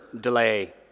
delay